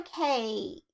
okay